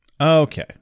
Okay